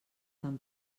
tan